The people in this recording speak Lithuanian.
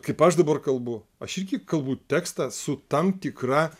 kaip aš dabar kalbu aš irgi kalbu tekstą su tam tikra